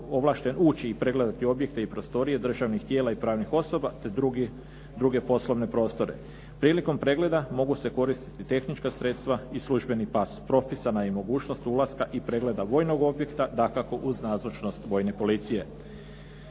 ući i pregledati objekte i prostorije državnih tijela i pravnih osoba te druge poslovne prostore. Prilikom pregleda mogu se koristiti tehnička sredstva i službeni pas. Propisana je i mogućnost ulaska i pregleda vojnog objekta dakako uz nazočnost vojne policije.